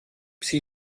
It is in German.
sie